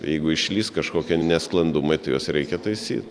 jeigu išlįs kažkokie nesklandumai tai juos reikia taisyt